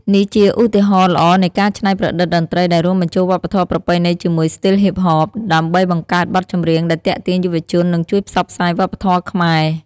នេះជាឧទាហរណ៍ល្អនៃការច្នៃប្រឌិតតន្ត្រីដែលរួមបញ្ចូលវប្បធម៌ប្រពៃណីជាមួយស្ទីលហ៊ីបហប ដើម្បីបង្កើតបទចម្រៀងដែលទាក់ទាញយុវជន និងជួយផ្សព្វផ្សាយវប្បធម៌ខ្មែរ។